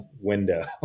window